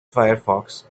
firefox